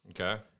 Okay